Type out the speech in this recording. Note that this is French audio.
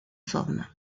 formes